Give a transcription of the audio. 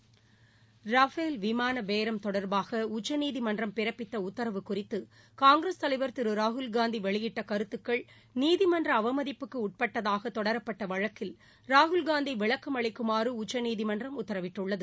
Rafale விமான பேரம் தொடர்பாக உச்சநீதிமன்றம் பிறப்பித்த உத்தரவு குறித்து காங்கிரஸ் தலைவர் திரு ராகுல்காந்தி வெளியிட்ட கருத்துக்கள் நீதிமன்ற அவமதிப்புக்கு உட்பட்டதாக தொடரப்பட்ட வழக்கில் ராகுல்காந்தி விளக்கம் அளிக்குமாறு உச்சநீதிமன்றம் உத்தரவிட்டுள்ளது